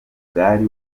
bwari